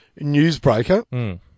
newsbreaker